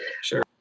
Sure